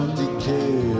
decay